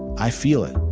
i feel it.